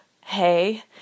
hey